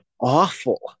awful